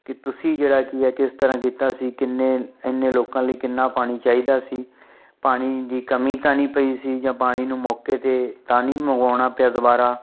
ਕਿ ਤੁਸੀਂ ਜਿਹੜਾ ਕੀ ਹੈ ਕਿਸ ਤਰ੍ਹਾਂ ਕੀਤਾ ਸੀ ਕਿੰਨੇ ਇੰਨੇ ਲੋਕਾਂ ਲਈ ਕਿੰਨਾ ਪਾਣੀ ਚਾਹੀਦਾ ਸੀ ਪਾਣੀ ਦੀ ਕਮੀ ਤਾਂ ਨਹੀਂ ਪਈ ਸੀ ਜਾਂ ਪਾਣੀ ਨੂੰ ਮੌਕੇ 'ਤੇ ਤਾਂ ਨਹੀਂ ਮੰਗਵਾਉਣਾ ਪਿਆ ਦੁਬਾਰਾ